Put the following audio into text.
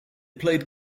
played